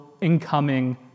incoming